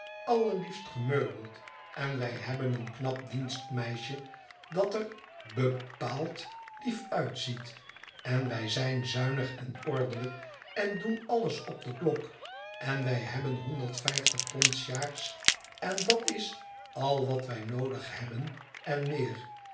allerliefst gemeubeld en wij hebben een knap dienstmeisje dat er be paald lief uitziet en wij zijn zuinig en ordelijk en doen alles op de klok en wij hebben honderd vijftig pond s jaars en dat is al wat wij noodig hebben en meer